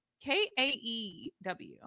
k-a-e-w